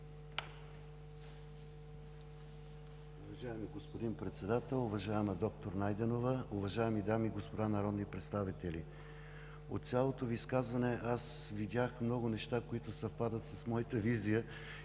Уважаеми господин Председател, уважаема доктор Найденова, уважаеми дами и господа народни представители! От цялото Ви изказване видях много неща, които съвпадат с моята визия